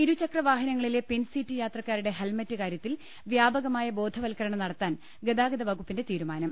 ഇരുചക്രവാഹനങ്ങളിലെ പിൻസീറ്റ് യാത്രക്കാരുടെ ഹെൽമെറ്റ് കാര്യ ത്തിൽ വ്യാപകമായ ബോധവൽക്കരണം നടത്താൻ ഗതാഗതവകുപ്പിന്റെ തീരുമാനം